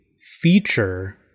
feature